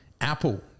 Apple